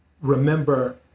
Remember